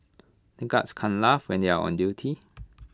the guards can't laugh when they are on duty